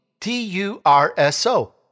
T-U-R-S-O